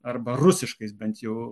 arba rusiškais bent jau